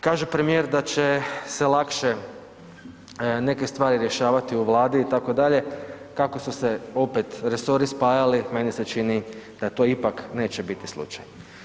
Kaže premijer da će se lakše neke stvari rješavati u Vladi itd., kako su se opet resori spajali, meni se čini da to ipak neće biti slučaj.